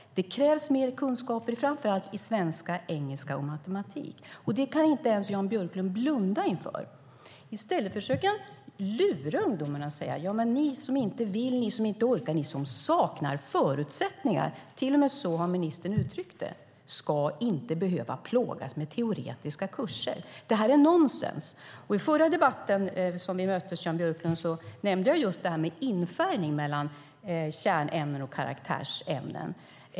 Det krävs mer kunskap i framför allt svenska, engelska och matematik. Det kan inte ens Jan Björklund blunda för. I stället försöker han lura ungdomarna och säga att de som inte vill, de som inte orkar och de som saknar förutsättningar - till och med så har ministern uttryckt det - inte ska behöva plågas med teoretiska kurser. Det är nonsens. I den förra debatten då vi möttes nämnde jag just detta med infärgning mellan kärnämnen och karaktärsämnen.